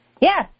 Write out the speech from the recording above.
Yes